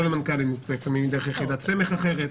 למנכ"לים לפעמים דרך יחידת סמך אחרת.